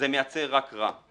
זה מייצר רק רע.